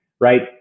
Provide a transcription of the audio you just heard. right